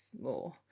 more